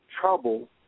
trouble